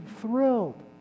thrilled